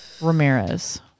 Ramirez